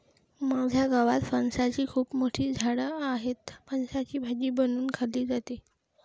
माझ्या गावात फणसाची खूप मोठी झाडं आहेत, फणसाची भाजी बनवून खाल्ली जाते